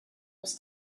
was